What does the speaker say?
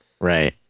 Right